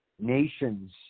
nations